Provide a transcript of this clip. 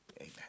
amen